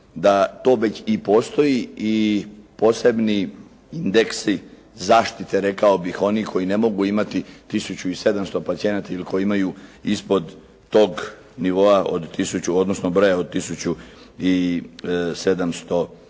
da to već postoji i posebni indeksi zaštite, rekao bih onih koji ne mogu imati 1700 pacijenata ili koji imaju ispod toga nivoa odnosno broja od 1700 pacijenata.